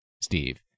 Steve